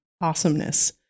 awesomeness